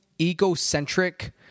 egocentric